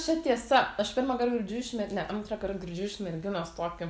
čia tiesa aš pirmąkart girdžiu iš me ne antrąkart girdžiu iš merginos tokį